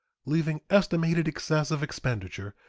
leaving estimated excess of expenditure,